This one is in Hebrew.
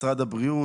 משרד הבריאות,